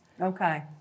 okay